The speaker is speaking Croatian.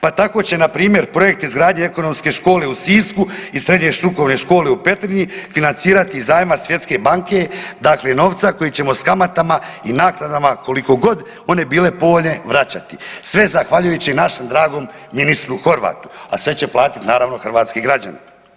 Pa tako će npr. projekt izgradnje Ekonomske škole u Sisku i Srednje strukovne škole u Petrinji financirati iz zajma Svjetske banke, dakle novca koji ćemo s kamatama i naknadama koliko god one bile povoljne vraćati, sve zahvaljujući našem dragom ministru Horvatu, a sve će platit naravno hrvatski građani.